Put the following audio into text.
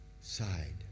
side